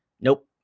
Nope